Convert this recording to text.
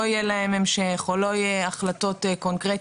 יהיה להם המשך או אולי לא יהיו החלטות קונקרטיות